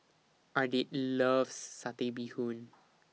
Ardith loves Satay Bee Hoon